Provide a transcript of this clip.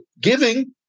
giving